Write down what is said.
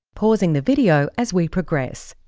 pausing the video as we progress.